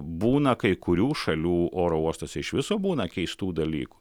būna kai kurių šalių oro uostuose iš viso būna keistų dalykų